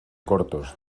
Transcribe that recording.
cortos